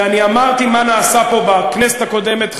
ואני אמרתי מה נעשה פה בכנסת הקודמת,